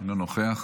אינו נוכח.